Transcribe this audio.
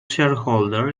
shareholder